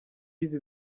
yize